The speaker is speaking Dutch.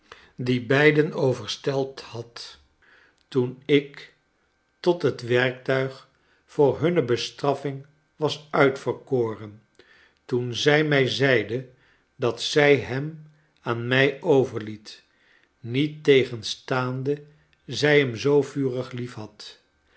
die beiden overstelpt had toen ik tot het werktuig voor hunne bestraffing was uitverkoren toen zij mij zeide dat zij hem aan mij overliet niettegenstaande zij hem zoo vurig liefhad